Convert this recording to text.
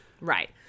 right